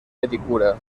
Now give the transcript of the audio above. pedicura